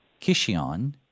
Kishion